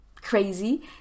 crazy